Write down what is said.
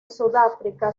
sudáfrica